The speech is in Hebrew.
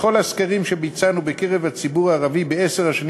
בכל הסקרים שביצענו בקרב הציבור הערבי בעשר השנים